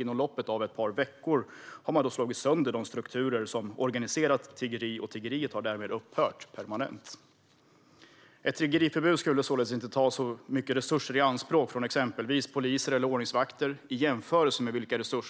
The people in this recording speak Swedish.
Inom loppet av ett par veckor har de strukturer som organiserat tiggeriet slagits sönder, och tiggeriet har därmed upphört permanent. Ett tiggeriförbud skulle inte ta så mycket resurser i anspråk från exempelvis poliser och ordningsvakter